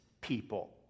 people